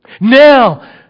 now